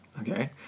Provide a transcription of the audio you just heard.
Okay